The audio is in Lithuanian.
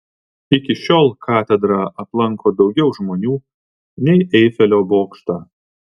iki šiol katedrą aplanko daugiau žmonių nei eifelio bokštą